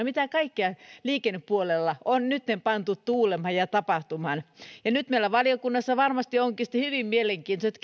mitä kaikkea liikennepuolella on nytten pantu tuulemaan ja tapahtumaan nyt meillä valiokunnassa ja asiantuntijoiden kautta varmasti onkin sitten hyvin mielenkiintoiset